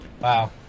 Wow